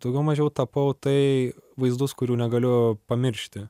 daugiau mažiau tapau tai vaizdus kurių negaliu pamiršti